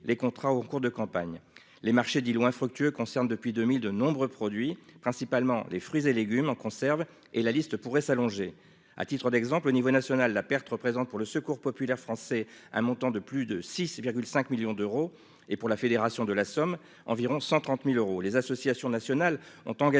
les contrats en cours de campagne. Les marchés dits lots infructueux concernent depuis 2020 de nombreux produits, principalement des fruits et légumes en conserve, et la liste pourrait s'allonger. À titre d'exemple, à l'échelon national, la perte représente pour le Secours populaire français un montant de plus de 6,5 millions d'euros, soit environ 130 000 euros pour la fédération du département de la Somme. Les associations nationales ont engagé